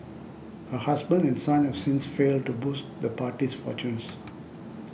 her husband and son have since failed to boost the party's fortunes